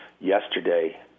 Yesterday